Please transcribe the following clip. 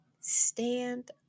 stand